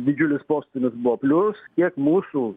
didžiulis postūmis buvo plius kiek mūsų